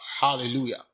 Hallelujah